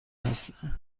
هستند